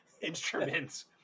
instruments